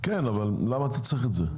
כן, אבל למה אתה צריך את זה.